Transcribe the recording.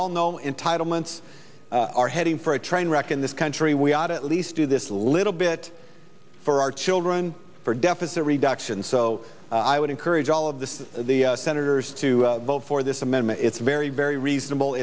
all know in title months are heading for a train wreck in this country we ought to at least do this a little bit for our children for deficit reduction so i would encourage all of this the senators to well for this amendment it's very very reasonable